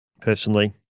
personally